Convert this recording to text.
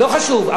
לא חשוב,